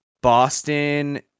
Boston